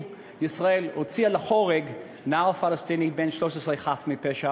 ישראל הוציאה להורג נער פלסטיני בן 13 חף מפשע,